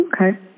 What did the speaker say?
Okay